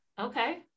Okay